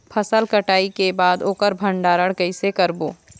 फसल कटाई के बाद ओकर भंडारण कइसे करबो?